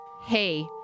Hey